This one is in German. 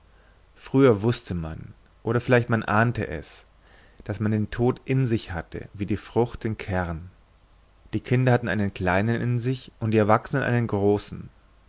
früher wußte man oder vielleicht man ahnte es daß man den tod in sich hatte wie die frucht den kern die kinder hatten einen kleinen in sich und die erwachsenen einen großen